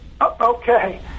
okay